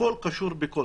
הכול קשור בכול,